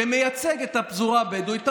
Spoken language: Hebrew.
שמייצג את הפזורה הבדואית,